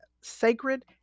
sacred